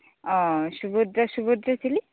ᱚ ᱥᱩᱵᱷᱚᱫᱨᱟ ᱥᱩᱵᱷᱚᱫᱨᱟ ᱪᱤᱞᱤ